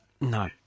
No